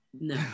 no